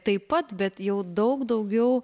taip pat bet jau daug daugiau